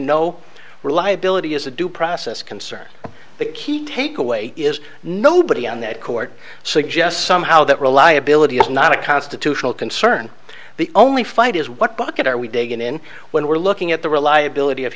no reliability is a due process concern the key takeaway is nobody on that court suggest somehow that reliability is not a constitutional concern the only fight is what bucket are we dagon in when we're looking at the reliability of